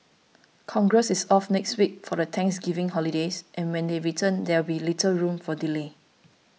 congress is off next week for the Thanksgiving holidays and when they return there will be little room for delay